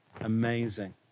amazing